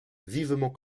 vivement